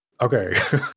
okay